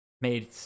made